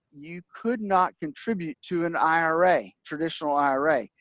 you could not contribute to an ira, traditional ira,